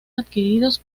adquiridos